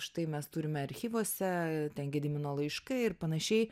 štai mes turime archyvuose ten gedimino laiškai ir panašiai